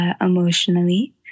emotionally